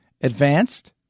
Advanced